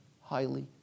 highly